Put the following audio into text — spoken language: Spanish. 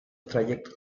trayectos